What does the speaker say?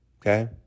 Okay